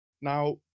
Now